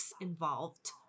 involved